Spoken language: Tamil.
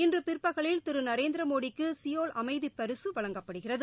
இன்று பிற்பகலில் திரு நரேந்திர மோடிக்கு சியோல் அமைதி பரிசு வழங்கப்படுகிறது